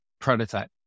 prototype